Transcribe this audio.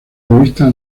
revista